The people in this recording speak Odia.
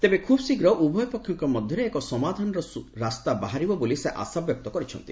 ତେବେ ଖୁବ୍ ଶୀଘ୍ର ଉଭୟ ପକ୍ଷଙ୍କ ମଧ୍ୟରେ ଏକ ସମାଧାନାର ରାସ୍ତା ବାହାରିବ ବୋଲି ସେ ଆଶାବ୍ୟକ୍ତ କରିଛନ୍ତି